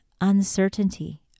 uncertainty